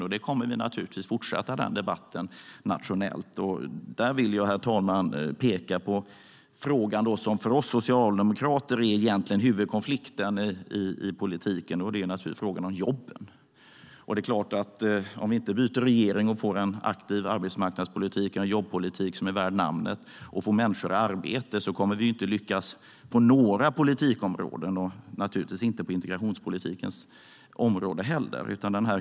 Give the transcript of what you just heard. Vi kommer naturligtvis att fortsätta den debatten nationellt. Där vill jag peka på den fråga som för oss socialdemokrater egentligen är huvudkonflikten i politiken. Det är naturligtvis frågan om jobben. Om vi inte byter regering och får en aktiv arbetsmarknadspolitik och en jobbpolitik som är värd namnet och får människor i arbete kommer vi inte att lyckas på några politikområden, och naturligtvis inte på integrationspolitikens område heller.